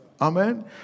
Amen